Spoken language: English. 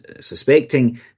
suspecting